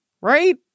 right